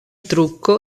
trucco